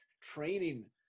training